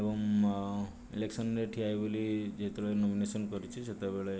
ଏବଂ ଇଲେକ୍ସନ୍ରେ ଠିଆ ହେବି ବୋଲି ଯେତେବେଳେ ନୋମିନେସନ୍ କରିଛି ସେତେବେଳେ